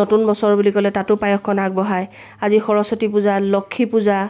নতুন বছৰ বুলি ক'লে তাতো পায়সকণ আগবঢ়ায় আজি সৰস্বতী পূজা লক্ষ্মী পূজা